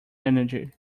energy